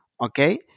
Okay